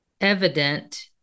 evident